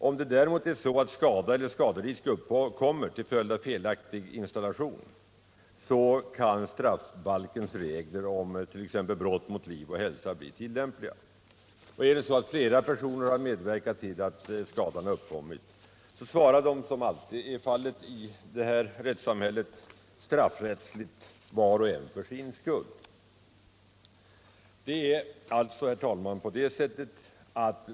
Om däremot skada eller skaderisk uppkommer till följd av felaktig installation, kan brottsbalkens regler om brott mot liv och hälsa bli tilllämpliga. Om flera personer har medverkat till att skadan uppkommit svarar de — som alltid är fallet i detta rättssamhälle — straffrättsligt var och en för sin skuld.